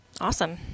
Awesome